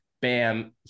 bam